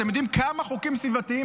אתם יודעים כמה חוקים סביבתיים,